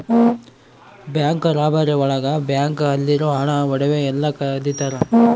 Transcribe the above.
bank robbery ಒಳಗ bank ಅಲ್ಲಿರೋ ಹಣ ಒಡವೆ ಎಲ್ಲ ಕದಿತರ